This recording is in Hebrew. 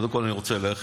קודם כול אני רוצה לאחל